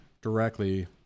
directly